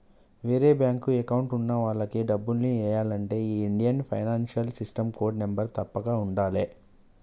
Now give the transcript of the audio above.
వేరే bank account ఉన్న వాళ్లకి డబ్బుల్ని ఎయ్యాలంటే ఈ Indian financial system code number తప్పక ఉండాలే